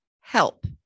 help